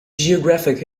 geographic